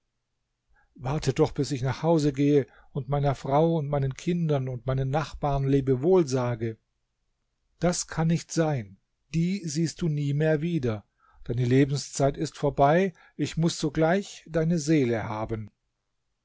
warte doch bis ich nach hause gehe und meiner frau und meinen kindern und meinen nachbarn lebewohl sage das kann nicht sein die siehst du nie mehr wieder deine lebenszeit ist vorbei ich muß sogleich deine seele haben